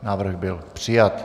Návrh byl přijat.